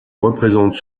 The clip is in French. représente